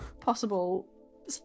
possible